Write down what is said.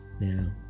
Now